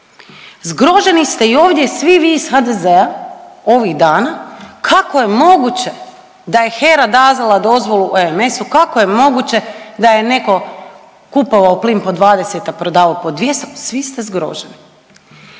Zgroženi ste i ovdje svi vi iz HDZ-a ovih dana kako je moguće da je HERA …/Govornik se ne razumije/… dozvolu OMS-u, kako je moguće da je neko kupovao plin po 20, a prodavao po 200, svi ste zgroženi,